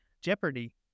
Jeopardy